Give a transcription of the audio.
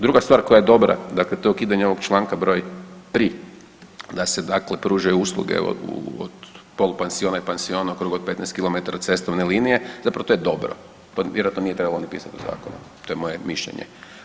Druga stvar koja je dobra, dakle to je ukidanje ovog čl. br. 3. da se dakle pružaju usluge od polupansiona i pansiona u krugu od 15 km cestovne linije, zapravo to je dobro, to vjerojatno nije trebalo ni pisat u zakonu, to je moje mišljenje.